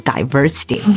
Diversity